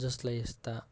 जसलाई यस्ता